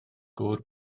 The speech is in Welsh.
gŵr